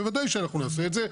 בוודאי שנעשה את זה,